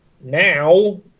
now